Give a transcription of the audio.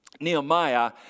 Nehemiah